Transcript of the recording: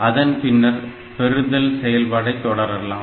அதன் பின்னர் பெறுதல் செயல்பாடை தொடரலாம்